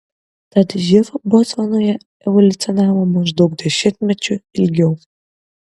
tad živ botsvanoje evoliucionavo maždaug dešimtmečiu ilgiau